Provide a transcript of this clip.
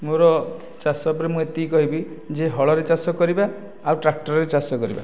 ମୋର ଚାଷ ଉପରେ ମୁଁ ଏତିକି କହିବି ଯେ ହଳରେ ଚାଷ କରିବା ଆଉ ଟ୍ରାକ୍ଟରରେ ଚାଷ କରିବା